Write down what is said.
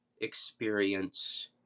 experience